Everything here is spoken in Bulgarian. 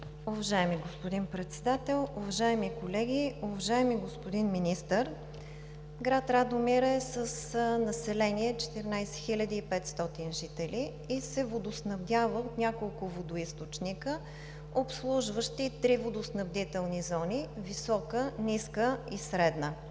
Уважаеми господин Председател, уважаеми колеги! Уважаеми господин Министър, град Радомир е с население 14 500 жители и се водоснабдява от няколко водоизточника, обслужващи три водоснабдителни зони – висока, ниска и средна.